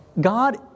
God